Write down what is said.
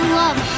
love